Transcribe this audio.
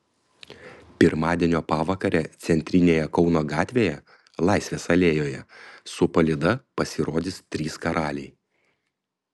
pirmadienio pavakarę centrinėje kauno gatvėje laisvės alėjoje su palyda pasirodys trys karaliai